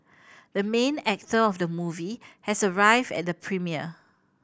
the main actor of the movie has arrived at the premiere